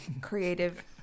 creative